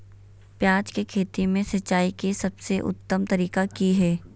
प्याज के खेती में सिंचाई के सबसे उत्तम तरीका की है?